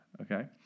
okay